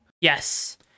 Yes